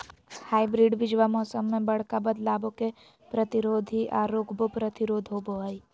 hybrid बीजावा मौसम्मा मे बडका बदलाबो के प्रतिरोधी आ रोगबो प्रतिरोधी होबो हई